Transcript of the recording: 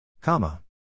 Comma